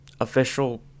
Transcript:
official